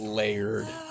layered